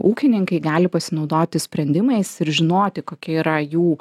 ūkininkai gali pasinaudoti sprendimais ir žinoti kokia yra jų